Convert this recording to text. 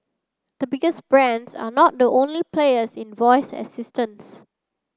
the biggest brands are not the only players in voice assistants